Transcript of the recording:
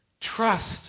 Trust